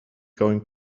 going